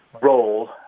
role